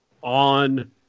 on